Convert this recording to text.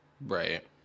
Right